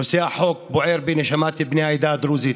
נושא החוק בוער בנשמת בני העדה הדרוזית.